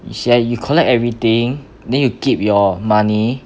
you see ah you collect everything then you keep your money